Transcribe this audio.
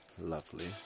Lovely